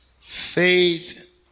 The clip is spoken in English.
faith